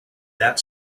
that